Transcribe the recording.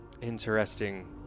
interesting